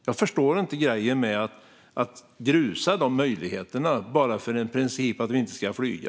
Jag förstår inte grejen med att grusa dessa möjligheter bara för principen att vi inte ska flyga.